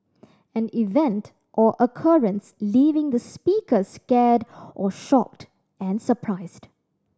an event or occurrence leaving the speaker scared or shocked and surprised